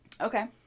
Okay